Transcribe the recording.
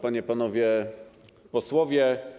Panie i Panowie Posłowie!